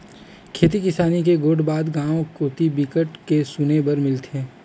खेती किसानी के गोठ बात गाँव कोती बिकट के सुने बर मिलथे